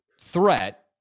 threat